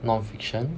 non-fiction